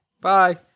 Bye